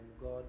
God